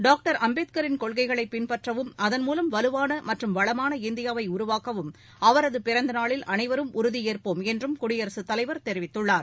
doctor அம்பேத்கரின் கொள்கைகளை பின்பற்றவும் அதன் மூவம் வலுவான மற்றும் வளமான இந்தியாவை உருவாக்கவும்அவரது பிறந்த நாளில் அனைவரும் உறுதியேற்போம் என்றும் குடியரசுத் தலைவர் தெரிவித்துள்ளார்